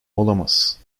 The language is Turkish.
olamaz